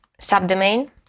subdomain